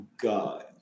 God